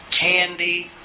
candy